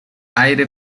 aire